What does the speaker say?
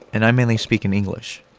and i mainly speak in english.